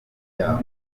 yaho